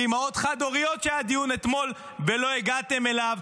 באימהות חד-הוריות שהיה דיון אתמול ולא הגעתם אליו,